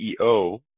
ceo